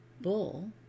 bull